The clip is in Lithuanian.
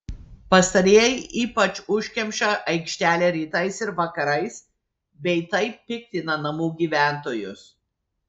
pastarieji ypač užkemša aikštelę rytais ir vakarais bei taip piktina namų gyventojus